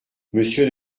monsieur